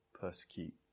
persecute